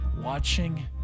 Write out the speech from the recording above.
watching